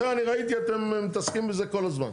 זה אני ראיתי אתם מתעסקים בזה כל הזמן.